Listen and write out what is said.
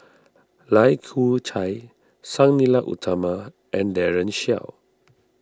Lai Kew Chai Sang Nila Utama and Daren Shiau